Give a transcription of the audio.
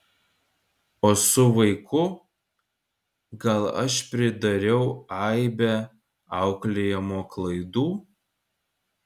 o su vaiku gal aš pridariau aibę auklėjimo klaidų